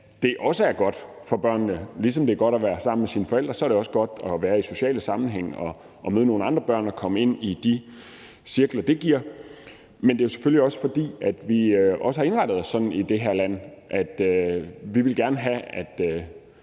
det er godt for børnene – ligesom det er godt at være sammen med sine forældre, er det også godt at være i sociale sammenhænge og møde nogle andre børn og komme ind i de cirkler, det giver – men det er jo selvfølgelig også, fordi vi har indrettet os sådan i det her land, at vi gerne vil have, at